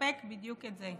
שתספק בדיוק את זה.